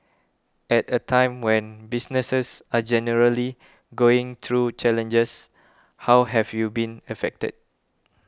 at a time when businesses are generally going through challenges how have you been affected